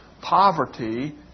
Poverty